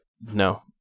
no